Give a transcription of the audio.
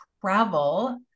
travel